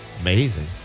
Amazing